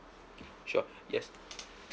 sure yes